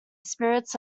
spirits